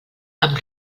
amb